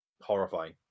horrifying